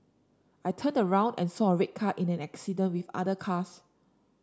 I turned around and saw a red car in an accident with other cars